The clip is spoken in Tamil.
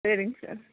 சேரிங்க சார்